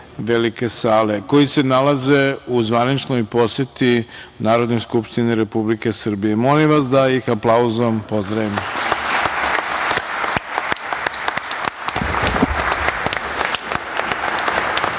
Velike sale, koji se nalaze u zvaničnoj poseti Narodnoj skupštini Republike Srbije. Molim vas da ih aplauzom pozdravimo. Nastavljamo